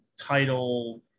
title –